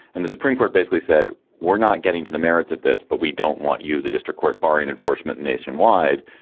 and the supreme court basically said, we're not getting to the merits of this, but we don't want you, the district court, barring enforcement nationwide.